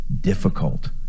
difficult